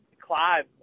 Clive